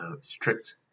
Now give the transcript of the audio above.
strict